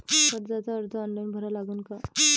कर्जाचा अर्ज ऑनलाईन भरा लागन का?